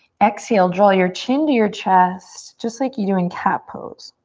exhale, draw your chin to your chest just like you do in cat pose.